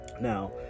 now